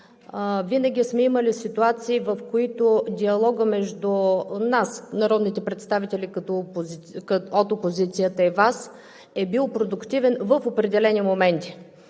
винаги сме имали ситуации, в които диалогът между нас – народните представители от опозицията и Вас, е бил продуктивен в определени моменти.